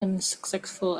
unsuccessful